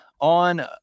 On